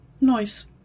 Nice